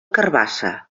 carabassa